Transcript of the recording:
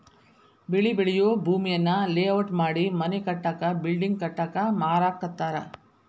ಬೆಳಿ ಬೆಳಿಯೂ ಭೂಮಿಯನ್ನ ಲೇಔಟ್ ಮಾಡಿ ಮನಿ ಕಟ್ಟಾಕ ಬಿಲ್ಡಿಂಗ್ ಕಟ್ಟಾಕ ಮಾರಾಕತ್ತಾರ